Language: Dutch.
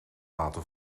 laten